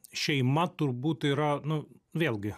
šeima turbūt yra nu vėlgi